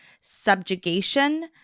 subjugation